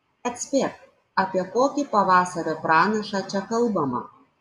atspėk apie kokį pavasario pranašą čia kalbama